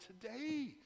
today